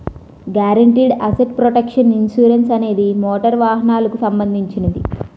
guaranteed asset protection insurance అనేది motor వాహనాలకు సంబంధించినది